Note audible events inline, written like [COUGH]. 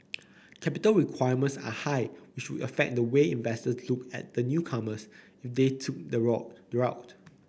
[NOISE] capital requirements are high which would affect the way investors looked at the newcomers if they took the [UNINTELLIGIBLE] route